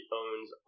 owns